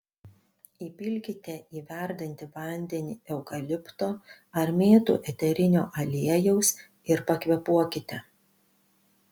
įpilkite į verdantį vandenį eukalipto ar mėtų eterinio aliejaus ir pakvėpuokite